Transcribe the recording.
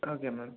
okay ma'am